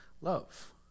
love